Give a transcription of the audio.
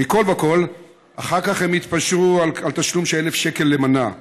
מכול וכול ואחר כך הם התפשרו על תשלום של 1,000 שקל למנה,